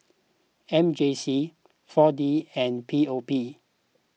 M J C four D and P O P